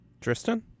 Tristan